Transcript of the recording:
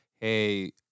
Hey